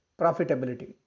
profitability